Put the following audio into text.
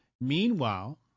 Meanwhile